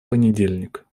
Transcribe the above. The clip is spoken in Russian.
понедельник